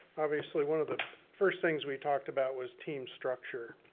obviously, one of the first things we talked about was team structure.